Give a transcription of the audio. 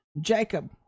Jacob